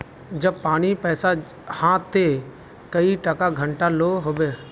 जब पानी पैसा हाँ ते कई टका घंटा लो होबे?